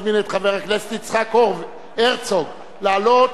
אני מזמין את חבר הכנסת יצחק הרצוג לעלות